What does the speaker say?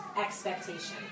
expectation